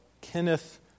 Kenneth